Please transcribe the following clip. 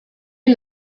est